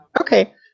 Okay